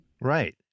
Right